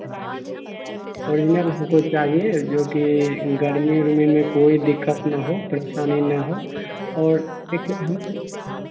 हाँ ओरिजनल हमको चाहिए जो कि गर्मी ओर्मी में कोई दिक्कत न हो परेशानी न हो और लेकिन हमको हाँ